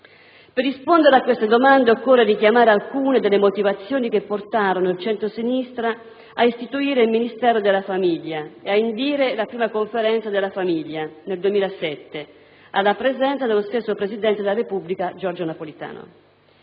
Per rispondere a queste domande occorre richiamare alcune delle motivazioni che portarono il centrosinistra ad istituire il Ministero della famiglia e ad indire la prima Conferenza della famiglia a Firenze nel 2007, alla presenza dello stesso presidente della Repubblica Giorgio Napolitano.